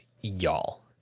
y'all